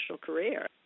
career